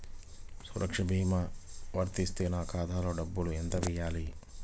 సురక్ష భీమా వర్తిస్తే నా ఖాతాలో డబ్బులు ఎంత వేయాలి?